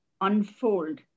unfold